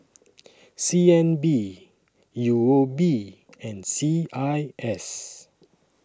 C N B U O B and C I S